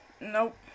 Nope